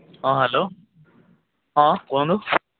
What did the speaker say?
ହଁ ହ୍ୟାଲୋ ହଁ କୁହନ୍ତୁ